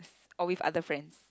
or with other friends